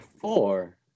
four